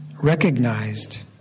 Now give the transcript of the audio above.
Recognized